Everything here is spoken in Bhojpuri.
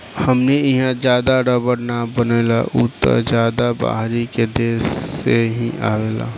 हमनी इहा ज्यादा रबड़ ना बनेला उ त ज्यादा बहरी के देश से ही आवेला